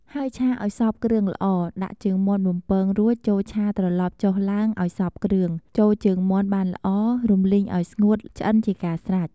ហើយឆាឱ្យសព្វគ្រឿងល្អ ដាក់ជើងមាន់បំពងរួចចូលឆាត្រឡប់ចុះឡើងឱ្យសព្វគ្រឿង ចូលជើងមាន់បានល្អ រំលីងឱ្យស្ងួតឆ្អិនជាការស្រេច។